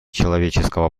человеческого